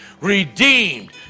redeemed